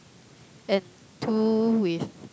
and two with